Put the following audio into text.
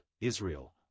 Israel